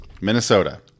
Minnesota